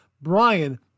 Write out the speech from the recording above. Brian